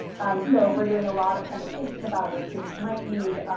and so we're doing a lot of kind of thinking about what students might need,